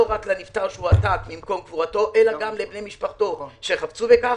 לא רק לנפטר שהועתק ממקום קבורתו אלא גם לבני משפחתו שחפצו בכך,